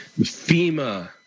FEMA